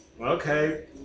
Okay